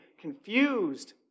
confused